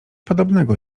podobnego